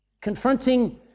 confronting